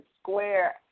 square